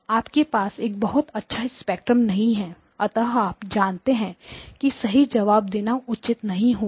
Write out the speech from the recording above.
आपके पास एक बहुत अच्छा स्पेक्ट्रम नहीं है अतः आप जानते हैं की सही जवाब देना उचित नहीं होगा